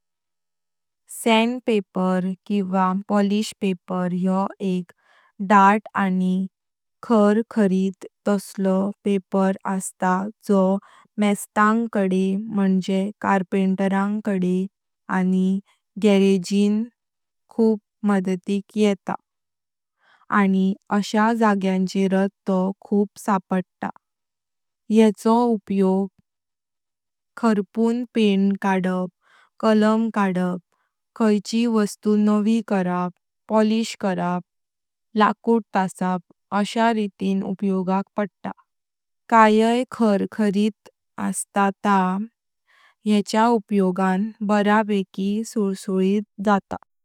सँडपेपर किंवा polish paper योह एक दांत आणि खरु खरित तश्लो पेपर असता जो मिस्तांग कडे म्हणजे कारपंटारंग कडे आणि गारगीं खूप मदतिक येता आणि अश्या जाग्यांचेरात तो खूप सापडता। येचो उपयोग खरपून पेंट कडपाक, कलम काडपाक, खायचिय वास्तु नवी करपाक, पॉलिश करपाक, लकुड तासपाक अश्या रितिन उपयोगाक पडता। कायाय खरु खरित असता ता येच्या उपयोगान बरा बेकी सुलसुलित जाता।